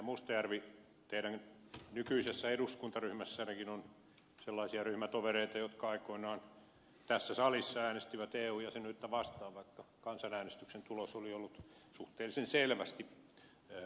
mustajärvi teidän nykyisessä eduskuntaryhmässännekin on sellaisia ryhmätovereita jotka aikoinaan tässä salissa äänestivät eu jäsenyyttä vastaan vaikka kansanäänestyksen tulos oli ollut suhteellisen selvästi puoltava